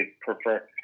prefer